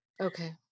Okay